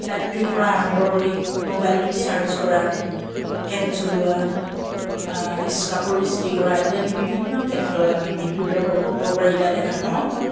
লাইটটোৰ পৰা আৰম্ভ কৰি মবাইলটো চাৰ্জ কৰা ফেন চলোৱা কাপোৰ ইস্ত্ৰি কৰা আদি বিভিন্ন ক্ষেত্ৰত আমি বিদ্যুতৰ বহু উপকাৰীতা দেখা পাওঁ